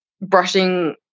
brushing